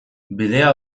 bidea